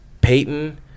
Peyton